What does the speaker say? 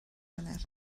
wener